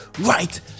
right